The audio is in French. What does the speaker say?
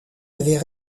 avait